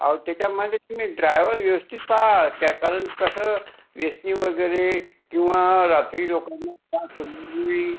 अहो त्याच्यामध्ये तुम्ही ड्रायव्हर व्यवस्थित पहा कारण कसं व्यसनी वगैरे किंवा रात्री लोकांना त्रास होईल